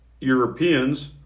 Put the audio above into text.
Europeans